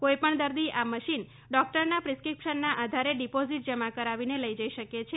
કોઈ પણ દર્દી આ મશીન ડોકટરના પ્રિસ્કિપ્શનના આધારે ડિપોઝીટ જમા કરાવીને લઈ જઈ શકે છે